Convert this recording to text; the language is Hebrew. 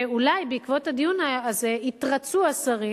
ואולי בעקבות הדיון הזה יתרצו השרים